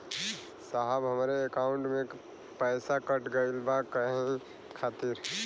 साहब हमरे एकाउंट से पैसाकट गईल बा काहे खातिर?